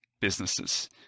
businesses